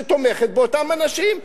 שתומכת באותם אנשים.